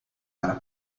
para